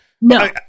No